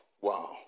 Wow